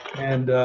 and